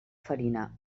farina